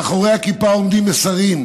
מאחורי הכיפה עומדים מסרים,